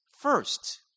first